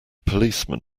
policeman